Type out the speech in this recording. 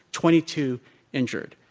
twenty two injured.